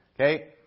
Okay